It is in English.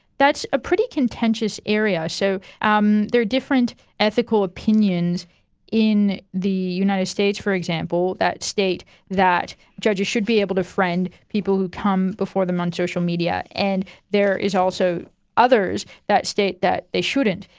that's a pretty contentious area. so um there are different ethical opinions in the united states, for example, that state that judges should be able to friend people who come before them on social media, and there is also others that state that they shouldn't.